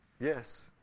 Yes